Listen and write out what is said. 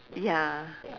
ya